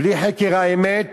בלי חקר האמת